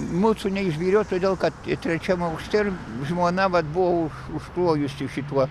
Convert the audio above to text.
mūsų neišbyrėjo todėl kad trečiam aukšte ir žmona vat buvo užklojusiu šituo